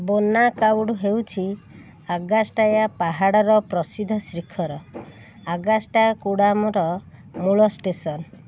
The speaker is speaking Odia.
ବୋନାକାଉଡ଼ ହେଉଛି ଆଗାଷ୍ଟାୟା ପାହାଡ଼ରେ ପ୍ରସିଦ୍ଧ ଶିଖର ଅଗାଷ୍ଟ୍ୟାର୍କୁଡ଼ାମର ମୂଳ ଷ୍ଟେସନ